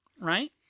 right